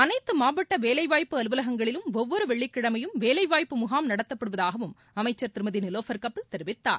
அனைத்து மாவட்ட வேலைவாய்ப்பு அலுவலகங்களிலும் ஒவ்வொரு வெள்ளிக்கிழமையும் வேலைவாய்ப்பு முகாம் நடத்தப்படுவதாகவும் அமைச்சர் திருமதி நிலோபர் கபில் தெரிவித்தார்